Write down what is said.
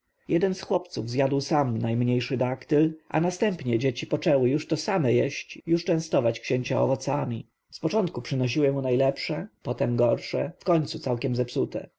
jeden z chłopców zjadł sam najmniejszy daktyl a następnie dzieci poczęły już to same jeść już częstować księcia owocami z początku przynosiły mu najlepsze później gorsze wkońcu całkiem zepsute